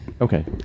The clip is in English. Okay